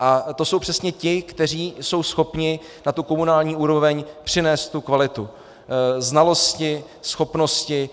Ale to jsou přesně ti, kteří jsou schopni na tu komunální úroveň přinést tu kvalitu, znalosti, schopnosti.